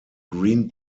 green